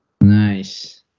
nice